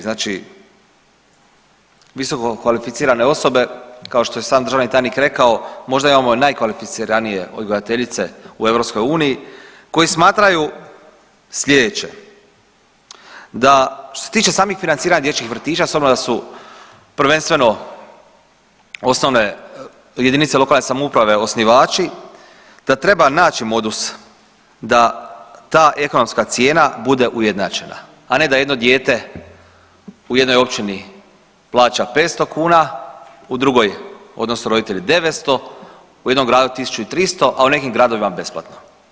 Znači, visoko kvalificirane osobe kao što je sam tajnik rekao možda imamo i najkvalificiranije odgajateljice u Europskoj uniji koji smatraju sljedeće – da što se tiče samih financiranja dječjih vrtića samo da su prvenstveno osnovne jedinice lokalne samouprave osnivači, da treba naći modus da ta ekonomska cijena bude ujednačena a ne da jedno dijete u jednoj općini plaća 500 kuna, u drugoj odnosno roditelji 900, u jednom gradu tisuću i 300, a u nekim gradovima besplatno.